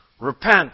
Repent